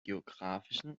geografischen